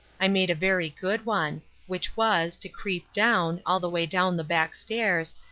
i made a very good one which was, to creep down, all the way down the back stairs,